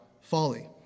folly